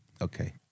Okay